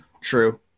true